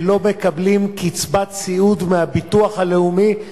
ולא מקבלים קצבת סיעוד מהביטוח הלאומי,